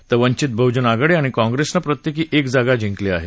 तर वंचित बहुजन आघाडी आणि काँग्रेसनं प्रत्येकी एक जागा जिंकली आहे